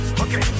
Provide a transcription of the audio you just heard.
okay